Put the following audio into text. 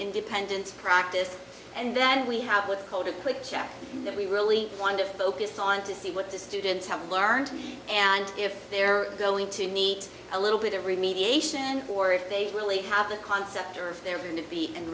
independent practice and then we have what's called a quick check that we really want to focus on to see what the students have learned and if they're going to meet a little bit of remediation or if they really have the concept or if they're going to be